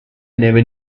never